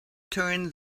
turn